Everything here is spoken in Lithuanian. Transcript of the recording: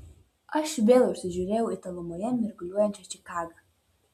aš vėl užsižiūrėjau į tolumoje mirguliuojančią čikagą